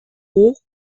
hoch